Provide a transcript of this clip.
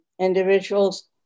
individuals